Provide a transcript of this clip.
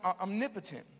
omnipotent